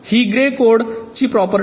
ही Gray code ची property आहे